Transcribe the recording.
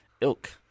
Ilk